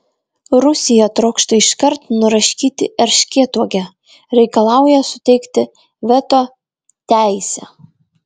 rusija trokšta iškart nuraškyti erškėtuogę reikalauja suteikti veto teisę